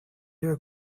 your